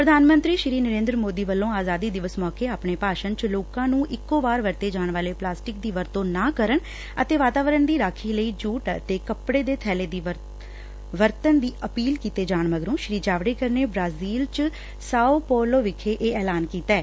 ਪ੍ਰਧਾਨ ਮੰਤਰੀ ਨਰੇਂਦਰ ਮੋਦੀ ਵੱਲੋਂ ਆਜ਼ਾਦੀ ਦਿਵਸ ਮੌਕੇ ਆਪਣੇ ਭਾਸਣ ਚ ਲੋਕਾਂ ਨੂੰ ਇਕੋ ਵਾਰ ਵਰਤੇ ਜਾਣ ਵਾਲੇ ਪਲਾਸਟਿਕ ਦੀ ਵਰਤੋ ਨਾ ਕਰਨ ਅਤੇ ਵਾਤਾਵਰਨ ਦੀ ਰਾਖੀ ਲਈ ਜੂਟ ਅਤੇ ਕੱਪੜੇ ਦੇ ਬੱਲੇ ਵਰਤਣ ਦੀ ਅਪੀਲ ਕੀਤੇ ਜਾਣ ਮਗਰੋਂ ਸ੍ਰੀ ਜਾਵੜੇਕਰ ਨੇ ਬੂਾਜ਼ਿਲ ਚ ਸਾਓ ਪਾਓਲੋ ਵਿਖੇ ਇਹ ਐਲਾਨ ਕੀਡੈ